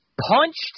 punched